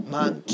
Man